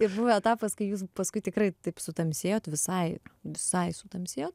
ir buvo etapas kai jūs paskui tikrai taip sutamsėjot visai visai sutamsėjot